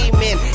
Amen